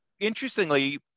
interestingly